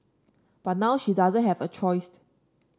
but now she doesn't have a choice